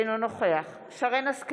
אינו נוכח שרן מרים השכל,